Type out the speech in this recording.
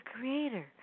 creator